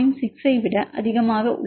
6 ஐ விட அதிகமாக உள்ளது